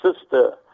sister